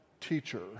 teacher